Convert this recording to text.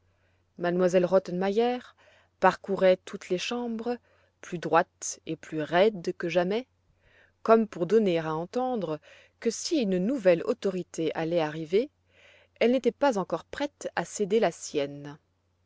m elle rottenmeier parcourait toutes les chambres plus raide que jamais comme pour donner à entendre que si une nouvelle autorité allait arrivé elle n'était pas encore prête à céder la sienne